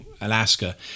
Alaska